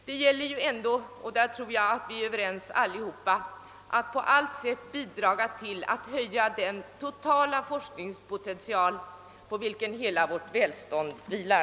Det gäller ju ändå — och härvidlag tror jag vi alla är överens — att på allt sätt bidra till att höja den totala forskningspotential på vilken hela vårt välstånd vilar.